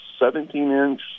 17-inch